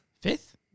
Fifth